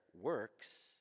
works